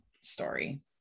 story